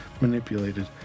manipulated